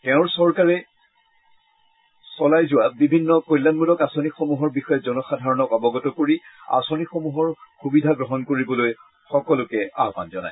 তেওঁৰ চৰকাৰে চলাই যোৱা বিভিন্ন কল্যাণমূলক আঁচনিসমূহৰ বিষয়ে জনসাধাৰণক অৱগত কৰি আঁচনিসমূহৰ সুবিধা গ্ৰহণ কৰিবলৈ সকলোকে আহবান জনায়